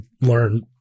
learn